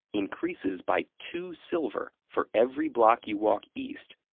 increases by two silver for every block you walk east,